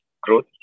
growth